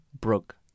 Brooke